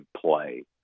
play